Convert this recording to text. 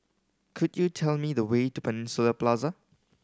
could you tell me the way to Peninsula Plaza